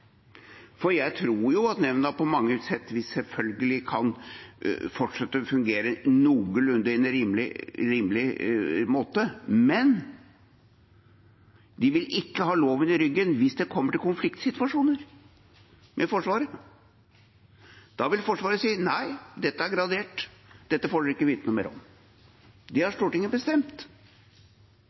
for jeg tror at nemnda på mange sett selvfølgelig kan fortsette å fungere noenlunde på en rimelig måte, men de vil ikke ha loven i ryggen hvis det kommer til konfliktsituasjoner med Forsvaret. Da vil Forsvaret si at nei, dette er gradert, dette får dere ikke vite noe mer om. Dette har Stortinget bestemt,